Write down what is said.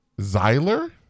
Xyler